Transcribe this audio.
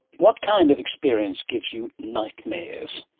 what kind of experience gives you nightmares?